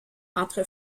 entre